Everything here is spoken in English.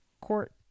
court